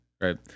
right